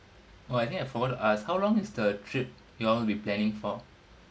oh I think I forgot to ask how long is the trip you all will be planning for